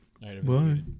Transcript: Bye